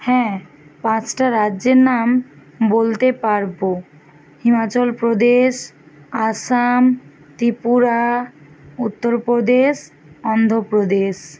হ্যাঁ পাঁচটা রাজ্যের নাম বলতে পারবো হিমাচল প্রদেশ আসাম ত্রিপুরা উত্তর প্রদেশ অন্ধ্র প্রদেশ